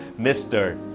Mr